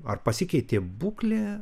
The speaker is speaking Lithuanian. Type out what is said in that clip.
ar pasikeitė būklė